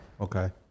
Okay